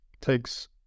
takes